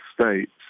states